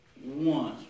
one